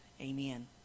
amen